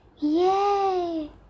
Yay